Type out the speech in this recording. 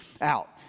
out